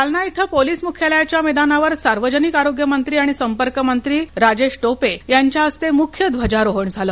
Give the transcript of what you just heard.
जालना इथं पोलीस मुख्यालयाच्या मैदानावर सार्वजनिक आरोग्य मंत्री आणि संपर्क मंत्री राजेश टोपे यांच्या हस्ते मुख्य ध्वजारोहण झालं